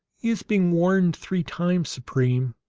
he has been warned three times, supreme,